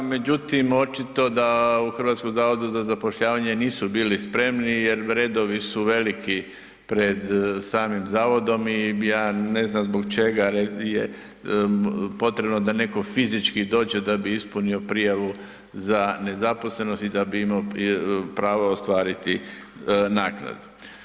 Međutim, očito da u Hrvatskom zavodu za zapošljavanje nisu bili spremni jer redovi su veliki pred samim zavodom i ja ne znam zbog čega je potrebno da netko fizički dođe da bi ispunio prijavu za nezaposlenost i da bi imao pravo ostvariti naknadu.